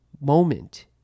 moment